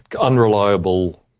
unreliable